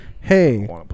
hey